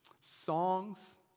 songs